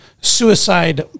suicide